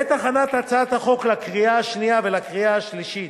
בעת הכנת הצעת החוק לקריאה שנייה ולקריאה שלישית